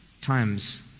times